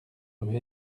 rue